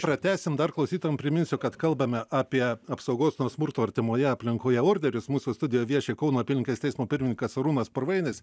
pratęsim dar klausytojam priminsiu kad kalbame apie apsaugos nuo smurto artimoje aplinkoje orderius mūsų studijoj vieši kauno apylinkės teismo pirmininkas arūnas purvainis